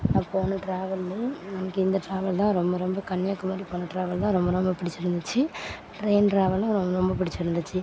நான் போன ட்ராவல்லேயே எனக்கு இந்த ட்ராவல் தான் ரொம்ப ரொம்ப கன்னியாகுமரி போன ட்ராவல் தான் ரொம்ப ரொம்ப பிடிச்சி இருந்துச்சு ட்ரெயின் ட்ராவலும் ரொம்ப ரொம்ப பிடிச்சி இருந்துச்சு